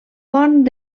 pont